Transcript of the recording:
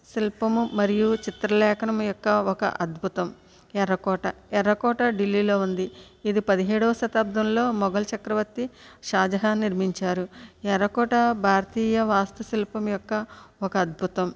శిల్పము మరియు చిత్రలేఖనం యొక్క ఒక అద్భుతం ఎర్రకోట ఎర్రకోట ఢిల్లీలో ఉంది ఇది పదిహేడవ శతాబ్ధంలో మొఘల్ చక్రవర్తి షాజహాన్ నిర్మించారు ఎర్రకోట భారతీయ వాస్తు శిల్పం యొక్క ఒక అద్భుతం